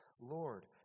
Lord